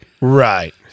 Right